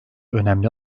önemli